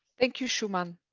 thank you, shumann,